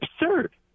absurd